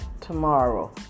tomorrow